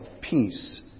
peace